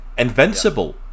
Invincible